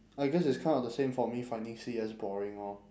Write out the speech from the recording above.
I guess it's kind of the same for me finding C_S boring lor